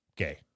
Okay